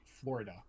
Florida